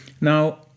Now